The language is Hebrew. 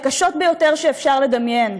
הקשות ביותר שאפשר לדמיין.